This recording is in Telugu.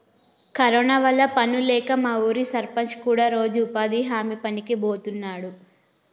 కరోనా వల్ల పనుల్లేక మా ఊరి సర్పంచ్ కూడా రోజూ ఉపాధి హామీ పనికి బోతన్నాడు